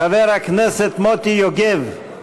חבר הכנסת מוטי יוגב,